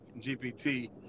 GPT